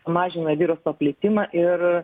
mažina viruso plitimą ir